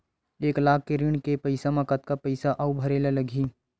एक लाख के ऋण के पईसा म कतका पईसा आऊ भरे ला लगही?